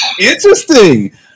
Interesting